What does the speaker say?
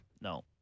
No